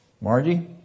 Margie